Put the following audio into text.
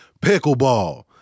pickleball